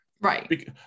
right